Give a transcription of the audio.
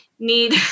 need